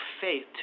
faith